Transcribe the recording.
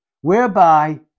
Whereby